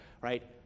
right